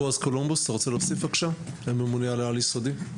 בועז קולומבוס, הממונה על העל-יסודי.